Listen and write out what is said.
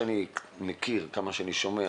חושב